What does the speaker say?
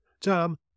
Tom